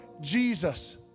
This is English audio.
Jesus